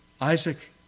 Isaac